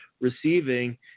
receiving